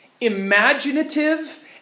imaginative